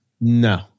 No